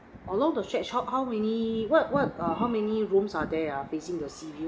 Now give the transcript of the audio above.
along the stretch how how many what what err how many rooms are there ah facing the seaview